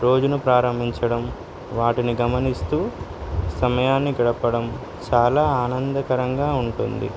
రోజును ప్రారంభించడం వాటిని గమనిస్తూ సమయాన్ని గడపడం చాలా ఆనందకరంగా ఉంటుంది